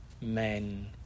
men